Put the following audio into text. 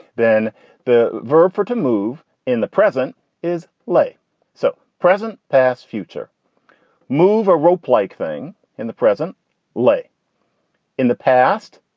then the verb for to move in the present is like so present, past, future move a rope like thing in the present lay in the past.